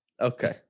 okay